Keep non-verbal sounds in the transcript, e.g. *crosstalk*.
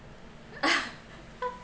*laughs*